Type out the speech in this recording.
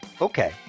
Okay